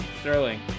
Sterling